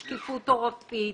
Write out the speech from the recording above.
שקיפות עורפית,